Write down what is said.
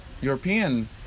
European